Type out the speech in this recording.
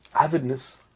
avidness